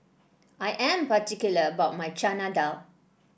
I am particular about my Chana Dal